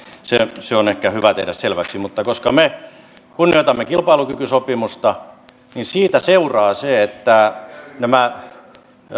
se on ehkä hyvä tehdä selväksi mutta koska me kunnioitamme kilpailukykysopimusta niin siitä seuraa se että nämä